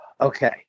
Okay